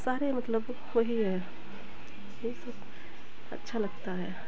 सारे मतलब वही हैं यही सब अच्छा लगता है